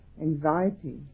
anxiety